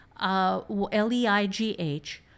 L-E-I-G-H